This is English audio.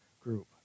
group